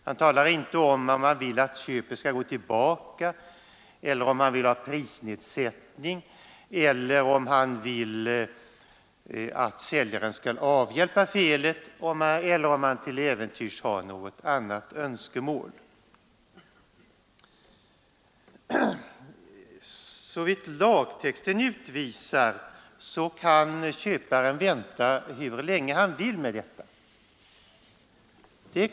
Han talar inte om huruvida han vill att köpet skall gå tillbaka, eller om han vill ha prisnedsättning, eller om han vill att säljaren skall avhjälpa felet, eller om han till äventyrs har något annat önskemål. Såvitt lagtexten utvisar kan köparen vänta hur länge han vill med detta.